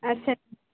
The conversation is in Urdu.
اچھا